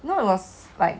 you know it was like